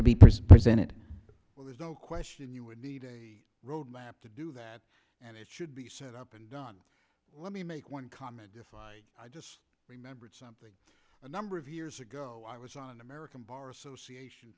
to be perspires in it but there's no question you would need a road map to do that and it should be set up and done let me make one comment i just remembered something a number of years ago i was on the american bar association